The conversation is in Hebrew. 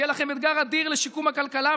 יהיה לכם אתגר אדיר בשיקום הכלכלה,